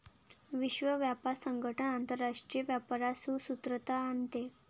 विश्व व्यापार संगठन आंतरराष्ट्रीय व्यापारात सुसूत्रता आणते